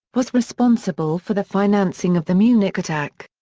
was responsible for the financing of the munich attack.